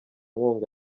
nkunga